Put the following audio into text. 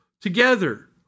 together